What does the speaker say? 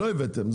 לא הבאתם.